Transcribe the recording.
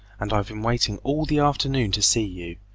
and i've been waiting all the afternoon to see you.